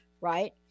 right